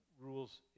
rules